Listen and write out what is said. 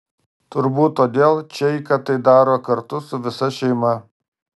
turbūt todėl čeika tai daro kartu su visa šeima